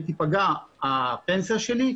אם תיפגע הפנסיה שלי,